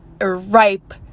ripe